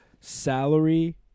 salary